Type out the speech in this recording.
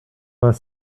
vingt